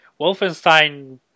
Wolfenstein